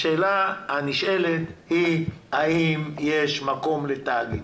השאלה הנשאלת היא האם יש מקום לתאגיד.